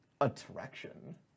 Attraction